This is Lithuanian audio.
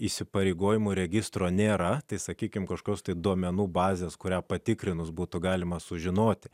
įsipareigojimų registro nėra tai sakykime kažkoks tai duomenų bazės kurią patikrinus būtų galima sužinoti